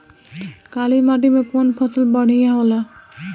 काली माटी मै कवन फसल बढ़िया होला?